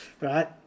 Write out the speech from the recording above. right